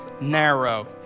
narrow